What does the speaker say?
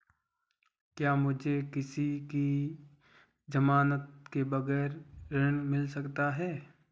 क्या मुझे किसी की ज़मानत के बगैर ऋण मिल सकता है?